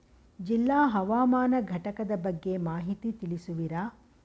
ಜಿಲ್ಲಾ ಹವಾಮಾನ ಘಟಕದ ಬಗ್ಗೆ ಮಾಹಿತಿ ತಿಳಿಸುವಿರಾ?